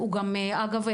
ואגב,